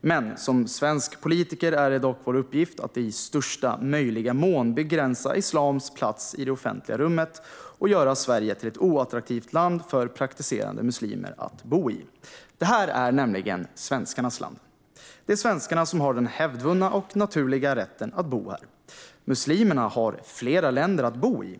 Men som svenska politiker är det dock vår uppgift att i största möjliga mån begränsa islams plats i det offentliga rummet och göra Sverige till ett oattraktivt land för praktiserande muslimer att bo i. Detta är nämligen svenskarnas land. Det är svenskarna som har den hävdvunna och naturliga rätten att bo här. Muslimerna har flera länder att bo i.